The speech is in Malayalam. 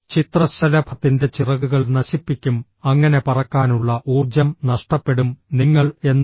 ചിത്രശലഭത്തിന്റെ ചിറകുകൾ നശിപ്പിക്കും അങ്ങനെ പറക്കാനുള്ള ഊർജ്ജം നഷ്ടപ്പെടും നിങ്ങൾ എന്താണ്